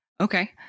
Okay